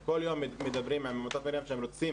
הם כל יום מדברים עם עמותת 'מרים' שהם רוצים